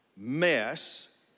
mess